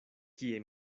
kie